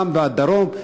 פעם בדרום,